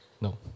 No